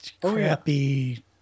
Crappy